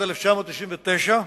בשנת 1999,